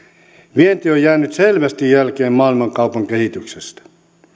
vienti on jäänyt selvästi jälkeen maailmankaupan kehityksestä